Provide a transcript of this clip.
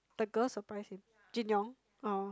the girls surprise him Jin-Young oh